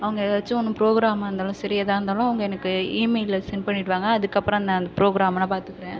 அவங்க ஏதாச்சும் ஒன்று ப்ரோக்ராமாக இருந்தாலும் சரி எதாக இருந்தாலும் அவங்க எனக்கு ஈமெயிலில் சென்ட் பண்ணிடுவாங்க அதுக்கப்புறம் நான் அந்த ப்ரோக்ராமலாம் பார்த்துக்கிறேன்